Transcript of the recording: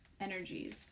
energies